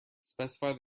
specify